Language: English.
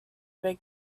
big